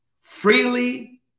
freely